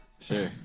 Sure